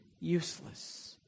useless